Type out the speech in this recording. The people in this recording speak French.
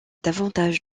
davantage